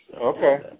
Okay